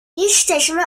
jesteśmy